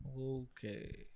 okay